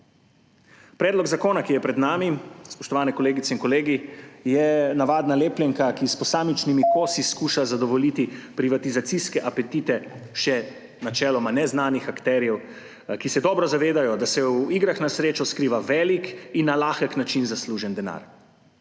Predlog zakona, ki je pred nami, spoštovani kolegice in kolegi, je navadna lepljenka, ki s posamičnimi kosi skuša zadovoljiti privatizacijske apetite še načeloma neznanih akterjev, ki se dobro zavedajo, da se v igrah na srečo skriva velik in lahek način zaslužen denar.